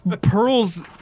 Pearl's